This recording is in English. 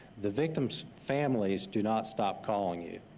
the victim's families do not stop calling you.